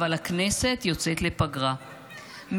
אבל הכנסת יוצאת לפגרה,